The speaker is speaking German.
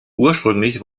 ursprünglich